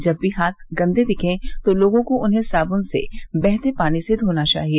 जब भी हाथ गंदे दिखे तो लोगों को उन्हें साब्न से बहते पानी से धोना चाहिए